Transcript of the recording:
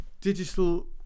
digital